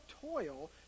toil